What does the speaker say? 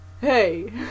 Hey